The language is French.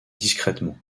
discrètement